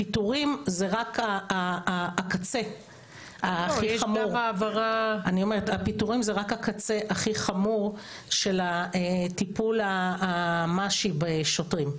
הפיטורים זה רק הקצה הכי חמור של הטיפול האמ"שי בשוטרים,